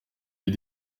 les